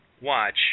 watch